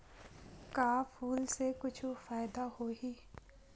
का फूल से कुछु फ़ायदा होही?